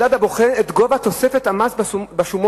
מדד הבוחן את גובה תוספת המס בשומות.